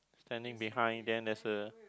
standing behind then there's a